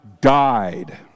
died